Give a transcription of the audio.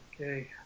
Okay